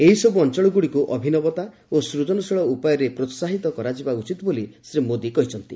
ଏହିସବୁ ଅଞ୍ଚଳଗୁଡ଼ିକୁ ଅଭିନବତା ଓ ସ୍କଜନଶୀଳ ଉପାୟରେ ପ୍ରୋହାହିତ କରାଯିବା ଉଚିତ ବୋଲି ଶ୍ରୀ ମୋଦି କହିଛନ୍ତି